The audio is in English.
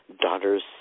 daughters